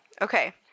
Okay